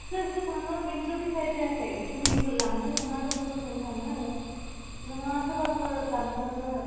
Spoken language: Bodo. सोर सोर थाङो बेनोथ' दिसायद जायाखै फेमिलिफोर लांनो ना लोगोफोरजों थांनो नोंहा सोरबाफोर लांनो